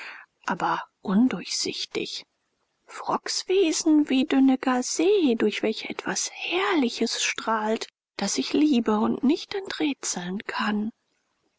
aber undurchsichtig frocks wesen wie dünne gaze durch welche etwas herrliches strahlt das ich liebe und nicht enträtseln kann